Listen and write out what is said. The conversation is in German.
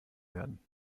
werden